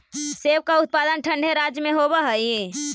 सेब का उत्पादन ठंडे राज्यों में होव हई